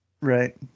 Right